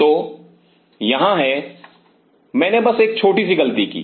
तो यहाँ हैं मैंने बस एक छोटी सी गलती की